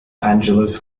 angeles